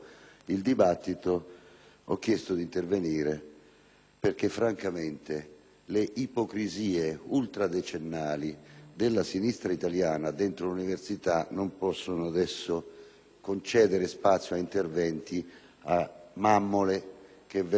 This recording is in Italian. ho chiesto di intervenire perché francamente, le ipocrisie ultradecennali della sinistra italiana dentro l'università non possono adesso concedere spazio a interventi da mammole che vengono ad indicare